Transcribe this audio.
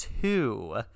two